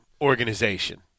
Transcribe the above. organization